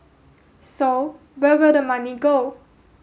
so where will the money go